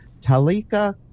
Talika